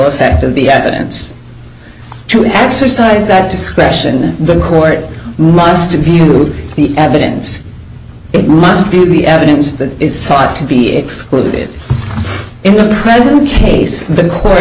effect of the evidence to exercise that discretion the court must have viewed the evidence it must be the evidence that is sought to be excluded in the present case the court